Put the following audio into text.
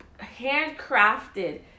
handcrafted